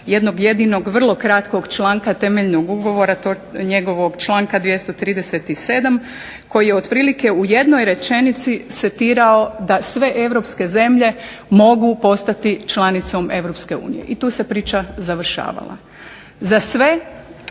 jednog jedinog vrlo kratkog članka temeljnog ugovora, njegovog članka 237. koji je otprilike u jednoj rečenici setirao da sve europske zemlje mogu postati članicom Europske unije i tu se priča završavala. Za sve